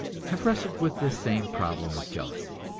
have wrestled with this same problem of jealousy.